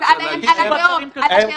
אז על הדעות, על הדעות.